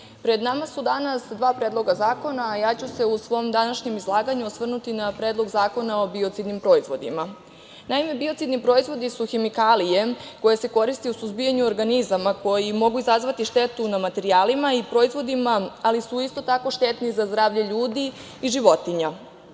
pred nama su danas dva predloga zakona, a ja ću se u svom današnjem izlaganju osvrnuti na Predlog zakona o biocidnim proizvodima. Naime, biocidni proizvodi su hemikalije koje se koriste u suzbijanju organizama koji mogu izazvati štetu na materijalima i proizvodima, ali su isto tako štetni za zdravlje ljudi i životinja. Biocidne